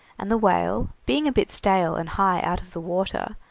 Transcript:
and the whale, being a bit stale and high out of the water,